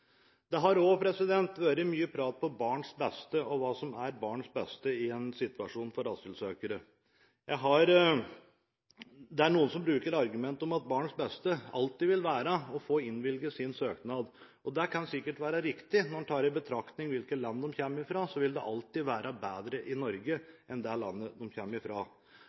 til. Det har også vært mye prat om barns beste og hva som er barns beste i en situasjon for asylsøkere. Det er noen som bruker argumentet om at barns beste alltid vil være å få innvilget sin søknad. Det kan sikkert være riktig. Når en tar i betraktning hvilke land de kommer fra, vil det alltid være bedre i Norge enn i det landet de